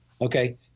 Okay